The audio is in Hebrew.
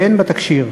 והן בתקשי"ר.